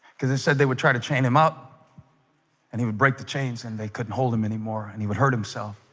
because i said, they would try to chain him up and he would break the chains, and they couldn't hold him anymore, and he would hurt himself